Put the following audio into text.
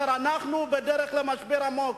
אמרת: אנחנו בדרך למשבר עמוק.